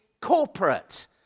corporate